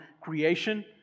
creation